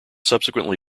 subsequently